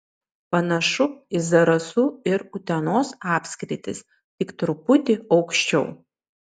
panašu į zarasų ir utenos apskritis tik truputį aukščiau